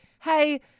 hey